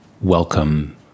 welcome